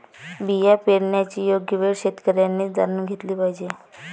बिया पेरण्याची योग्य वेळ शेतकऱ्यांनी जाणून घेतली पाहिजे